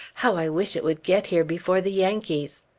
how i wish it would get here before the yankees!